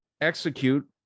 execute